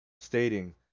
stating